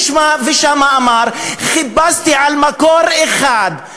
והוא אמר: חיפשתי מקור אחד,